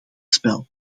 spel